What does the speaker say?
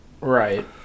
Right